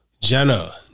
Jenna